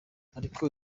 ariko